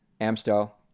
Amstel